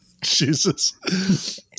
Jesus